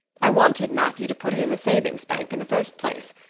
i wanted matthew to put it in the savings bank in the first place,